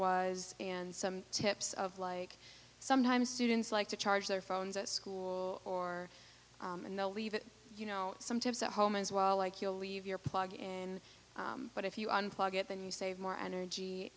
was and some tips of like sometimes students like to charge their phones a school or and they'll leave it you know some tips at home as well like you leave your plugged in but if you unplug it and you save more energy